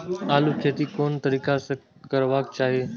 आलु के खेती कोन तरीका से करबाक चाही?